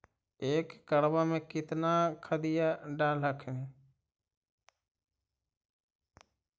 एक एकड़बा मे कितना खदिया डाल हखिन?